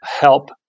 help